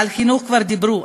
על חינוך כבר דיברו,